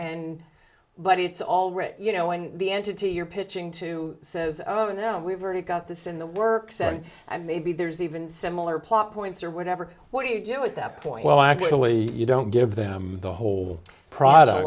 and but it's all right you know when the entity you're pitching to says oh no we've already got this in the works and maybe there's even similar plot points or whatever what do you do at that point well actually you don't give them the whole product